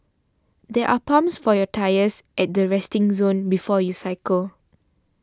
there are pumps for your tyres at the resting zone before you cycle